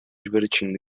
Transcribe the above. divertindo